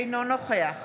אינו נוכח